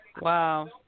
Wow